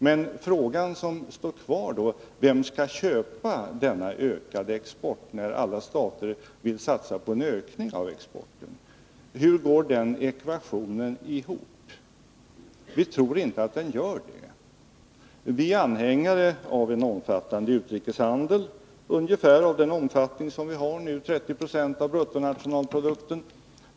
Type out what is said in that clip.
Men den fråga som står kvar är: Vem skall köpa denna ökade export, när alla stater vill satsa på en ökning av exporten? Hur går den ekvationen ihop? Vi tror inte att den gör det. Vi är anhängare av en omfattande utrikeshandel, ungefär i den utsträckning som vi har nu, 30 96 av bruttonationalprodukten.